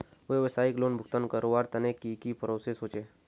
व्यवसाय लोन भुगतान करवार तने की की प्रोसेस होचे?